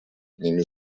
одними